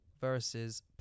versus